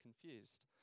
confused